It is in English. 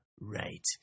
Right